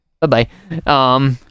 Bye-bye